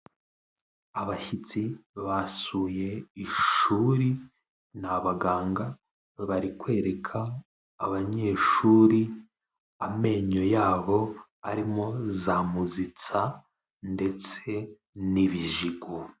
Abashyitsi basuye ishuri, ni abaganga bari kwereka abanyeshuri amenyo yabo arimo za muzitsa ndetse n'ibijigo.